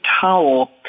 towel